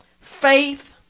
faith